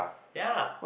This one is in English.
ya